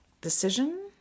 decision